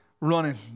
running